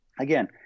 again